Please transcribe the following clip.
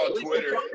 Twitter